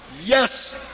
Yes